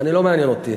זה לא מעניין אותי.